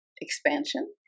expansion